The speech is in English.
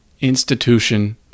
institution